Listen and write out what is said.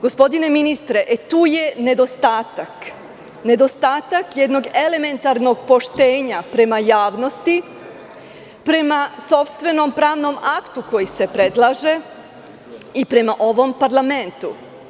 Gospodine ministre, tu je nedostatak jednog elementarnog poštenja prema javnosti, prema sopstvenom pravnom aktu koji se predlaže i prema ovom parlamentu.